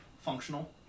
functional